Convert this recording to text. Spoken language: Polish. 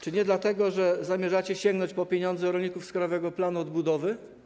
Czy nie dlatego, że zamierzacie sięgnąć po pieniądze rolników z Krajowego Planu Odbudowy?